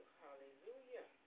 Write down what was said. hallelujah